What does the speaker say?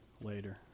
later